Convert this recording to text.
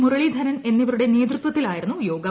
മുരളീധരൻ എന്നിവരുടെ നേതൃത്വത്തിലായിരുന്നു യോഗം